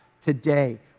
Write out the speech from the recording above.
today